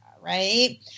right